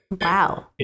wow